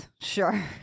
Sure